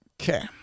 Okay